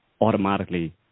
automatically